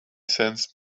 sensed